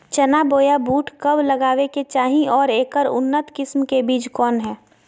चना बोया बुट कब लगावे के चाही और ऐकर उन्नत किस्म के बिज कौन है?